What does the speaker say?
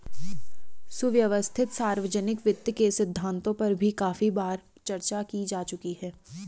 सुव्यवस्थित सार्वजनिक वित्त के सिद्धांतों पर भी काफी बार चर्चा की जा चुकी है